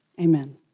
Amen